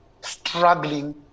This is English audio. struggling